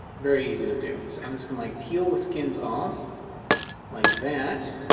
very easy to do so. i'm just gonna like peel the skins off like that